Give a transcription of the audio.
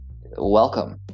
welcome